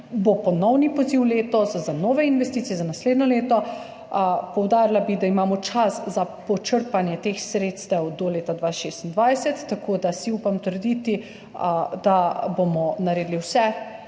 ponovni poziv za nove investicije za naslednje leto. Poudarila bi, da imamo čas za počrpanje teh sredstev do leta 2026, tako da si upam trditi, da bomo naredili vse,